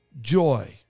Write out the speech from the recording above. joy